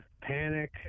panic